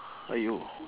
!aiyo!